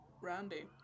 Randy